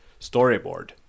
Storyboard